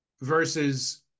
versus